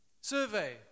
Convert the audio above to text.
survey